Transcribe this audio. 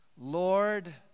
Lord